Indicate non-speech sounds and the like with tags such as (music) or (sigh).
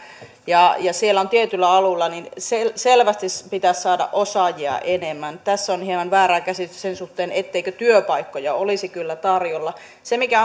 ja siellä tietyillä alueilla selvästi pitäisi saada osaajia enemmän tässä on hieman väärää käsitystä sen suhteen etteikö työpaikkoja olisi kyllä tarjolla se mikä (unintelligible)